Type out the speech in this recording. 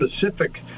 specific